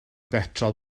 betrol